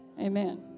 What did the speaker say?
Amen